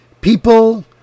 People